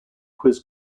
quiz